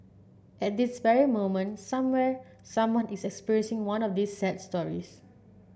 at this very moment somewhere someone is experiencing one of these sad stories